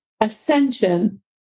ascension